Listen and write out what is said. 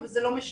אבל זה לא משנה,